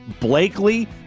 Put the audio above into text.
Blakely